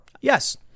Yes